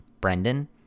Brendan